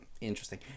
Interesting